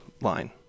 line